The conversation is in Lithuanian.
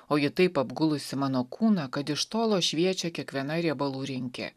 o ji taip apgulusi mano kūną kad iš tolo šviečia kiekviena riebalų rinkė